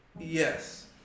Yes